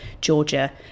Georgia